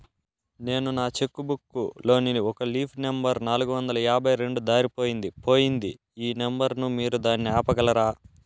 నేను నా cheque book లోని ఒక లీఫ్ నెంబర్ నాలుగు వందల యాభై రెండు దారిపొయింది పోయింది ఈ నెంబర్ ను మీరు దాన్ని ఆపగలరా?